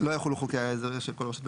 לא יחולו חוקי העזר של כל רשות מקומית.